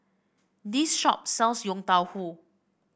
this shop sells Yong Tau Foo